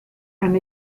and